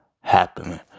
happening